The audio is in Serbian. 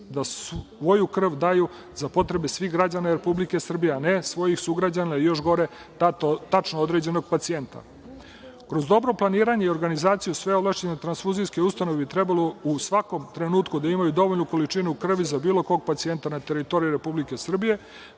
da svoju krv daju za potrebe svih građana Republike Srbije, a ne svojih sugrađana i, još gore, tačno određenog pacijenta. Kroz dobro planiranje i organizaciju sve ovlašćene transfuzijske ustanove bi trebalo u svakom trenutku da imaju dovoljnu količinu krvi za bilo kog pacijenta na teritoriji Republike Srbije.